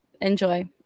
enjoy